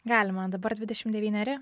gali man dabar dvidešim devyneri